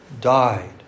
died